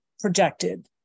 projected